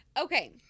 Okay